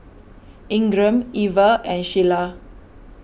Ingram Iver and Shiela